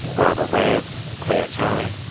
barbara raab, claire tighe,